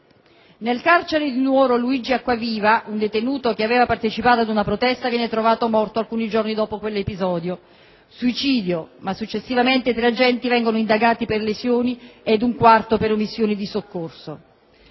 Nel carcere di Nuoro, Luigi Acquaviva, un detenuto, che aveva partecipato ad una protesta, viene trovato morto alcuni giorni dopo quell'episodio: suicidio? Ma successivamente tre agenti vengono indagati per lesioni ed un quarto per omissione di soccorso.